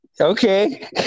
Okay